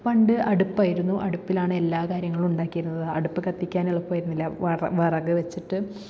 പണ്ട് അടുപ്പായിരുന്നു അടുപ്പിലാണല്ലോ കാര്യങ്ങളും ഉണ്ടാക്കിയിരുന്നത് അടുപ്പ് കത്തിക്കാൻ എളുപ്പായിരുന്നില്ല വിറക് വിറക് വെച്ചിട്ട്